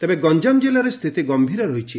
ତେବେ ଗଞ୍ଠାମ ଜିଲ୍ଲାରେ ସ୍ଥିତି ଗଞ୍ଠୀର ରହିଛି